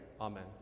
Amen